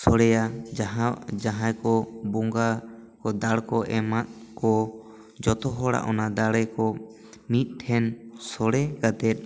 ᱥᱚᱲᱮᱭᱟ ᱡᱟᱦᱟᱸ ᱡᱟᱦᱟᱸᱭ ᱠᱚ ᱵᱚᱸᱜᱟ ᱫᱟᱹᱲ ᱠᱚ ᱮᱢᱟ ᱠᱚ ᱡᱚᱛᱚ ᱦᱚᱲᱟᱜ ᱫᱟᱲᱮᱠᱚ ᱢᱤᱫᱴᱷᱮᱱ ᱥᱚᱲᱮ ᱠᱟᱛᱮ